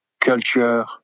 culture